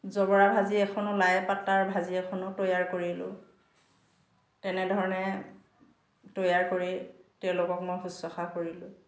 জবৰা ভাজি এখনো লাই পাতাৰ ভাজি এখনো তৈয়াৰ কৰিলোঁ তেনেধৰণে তৈয়াৰ কৰি তেওঁলোকক মই শুশ্ৰূষা কৰিলোঁ